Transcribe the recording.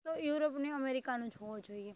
તો યુરોપને અમેરિકાનો જોવો જોઈએ